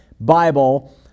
Bible